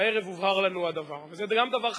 והערב הובהר לנו הדבר, וגם זה דבר חשוב.